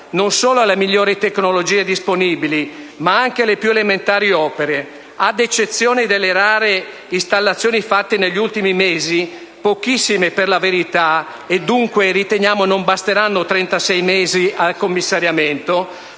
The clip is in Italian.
non solo alle migliori tecnologie disponibili, ma anche alle più elementari opere, ad eccezione delle rare installazioni fatte negli ultimi mesi, che per la verità sono pochissime e dunque riteniamo che non basteranno trentasei mesi di commissariamento.